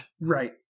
Right